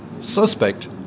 suspect